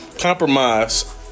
Compromise